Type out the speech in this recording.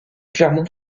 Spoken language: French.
clermont